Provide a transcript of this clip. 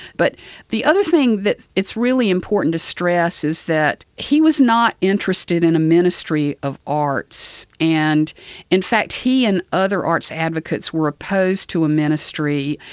but the other thing that it's really important to stress is that he was not interested in a ministry of arts, and in fact he and other arts advocates were opposed to a ministry,